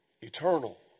eternal